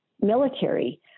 military